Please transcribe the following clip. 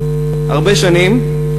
הרבה שנים.